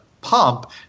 pump